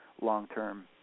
long-term